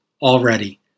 already